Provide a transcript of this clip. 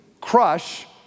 crush